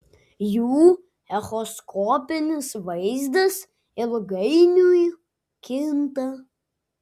jų echoskopinis vaizdas ilgainiui kinta